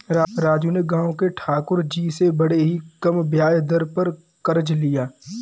राजू ने गांव के ठाकुर जी से बड़े ही कम ब्याज दर पर कर्ज लिया